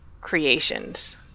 creations